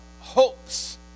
hopes